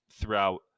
throughout